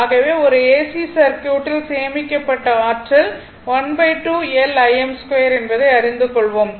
ஆகவே ஒரு ஏசி சர்க்யூட்டில் சேமிக்கப்பட்ட ஆற்றல் ½ L Im2 என்பதை அறிந்து கொள்வோம்